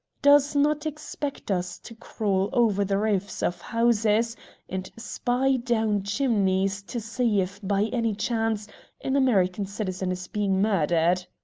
does not expect us to crawl over the roofs of houses and spy down chimneys to see if by any chance an american citizen is being murdered.